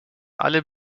alle